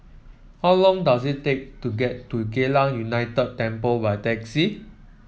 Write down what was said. how long does it take to get to Geylang United Temple by taxi